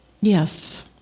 Yes